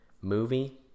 movie